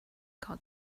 card